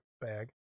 bag